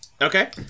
Okay